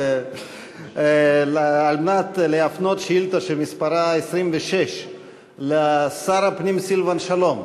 על מנת להפנות שאילתה שמספרה 26 לשר הפנים סילבן שלום,